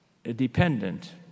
dependent